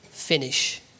finish